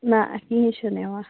نہَ اَسہِ کِہیٖنٛۍ چھِنہٕ یِوان